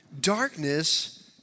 Darkness